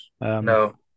No